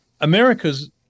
America's